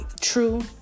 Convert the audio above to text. true